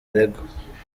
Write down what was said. aregwa